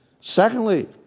Secondly